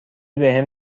بهم